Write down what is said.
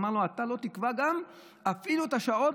אמר לו: אתה לא תקבע אפילו את השעות,